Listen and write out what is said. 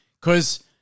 Because-